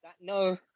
no